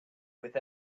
with